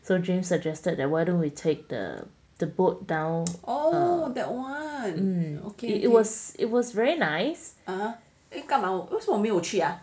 so james suggested that why don't we take the the boat down it was it was very nice